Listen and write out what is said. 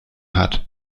hat